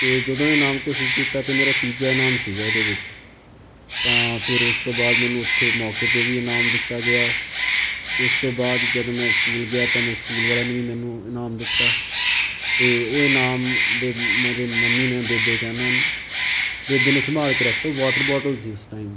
ਅਤੇ ਜਦੋਂ ਇਹ ਇਨਾਮ ਘੋਸ਼ਿਤ ਕੀਤਾ ਅਤੇ ਮੇਰਾ ਤੀਜਾ ਇਨਾਮ ਸੀਗਾ ਉਹਦੇ ਵਿੱਚ ਤਾਂ ਫਿਰ ਉਸ ਤੋਂ ਬਾਅਦ ਮੈਨੂੰ ਉੱਥੇ ਮੌਕੇ 'ਤੇ ਵੀ ਇਨਾਮ ਦਿੱਤਾ ਗਿਆ ਅਤੇ ਉਸ ਤੋਂ ਬਾਅਦ ਜਦੋਂ ਮੈਂ ਸਕੂਲ ਗਿਆ ਤਾਂ ਮੈਂ ਸਕੂਲ ਵਾਲਿਆਂ ਨੂੰ ਵੀ ਮੈਨੂੰ ਇਨਾਮ ਦਿੱਤਾ ਅਤੇ ਉਹ ਇਨਾਮ ਬੇ ਮੇਰੇ ਮੰਮੀ ਨੇ ਬੇਬੇ ਕਹਿੰਦਾ ਬੇਬੇ ਨੇ ਸੰਭਾਲ ਕੇ ਰੱਖਤਾ ਵੋਟਰ ਬੋਟਲ ਸੀ ਉਸ ਟਾਈਮ